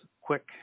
quick